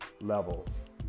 levels